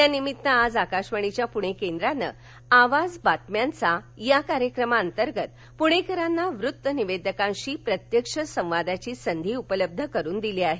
या निमित्त आज आकाशवाणीच्या पृणे केंद्रानं आवाज बातम्यांचा या कार्यक्रमातर्गत पृणेकरांना वृत्त निवेदकांशी प्रत्यक्ष संवादाची संधी उपलब्ध करून दिली आहे